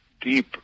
deep